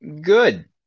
good